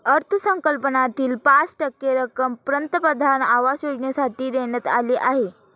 अर्थसंकल्पातील पाच टक्के रक्कम पंतप्रधान आवास योजनेसाठी देण्यात आली आहे